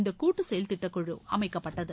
இந்த கூட்டு செயல்திட்டக்குழு அமைக்கப்பட்டது